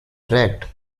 dragged